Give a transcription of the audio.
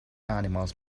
animals